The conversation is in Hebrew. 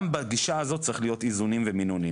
גם בגישה הזאת צריכים להיות איזונים ומינונים.